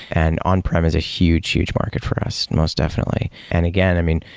and on-prem is a huge, huge market for us. most definitely. and again, i mean,